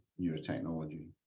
neurotechnology